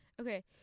okay